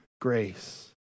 grace